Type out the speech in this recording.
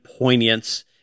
poignance